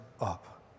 up